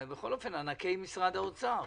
וזה בכל אופן ענקי משרד האוצר.